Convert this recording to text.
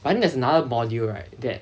but then there's another module right that